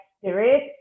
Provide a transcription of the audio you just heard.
spirit